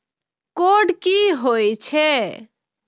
Code की होय छै?